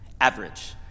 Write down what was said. Average